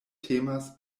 temas